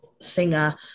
singer